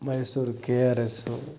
Mysuru K R S